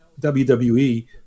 WWE